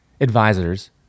advisors